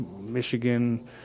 Michigan